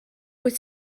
wyt